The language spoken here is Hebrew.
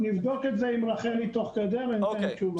נבדוק את זה עם רחלי תוך כדי וניתן תשובה.